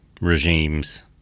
regimes